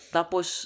Tapos